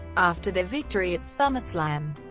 after their victory at summerslam,